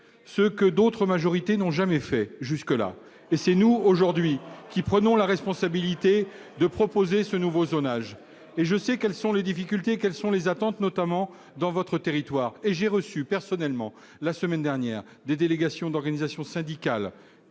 ce que d'autres majorité n'ont jamais fait jusque-là et c'est nous aujourd'hui qui prenons la responsabilité de proposer ce nouveau zonage et je sais quelles sont les difficultés, quelles sont les attentes notamment dans votre territoire et j'ai reçu personnellement la semaine dernière, des délégations d'organisations syndicales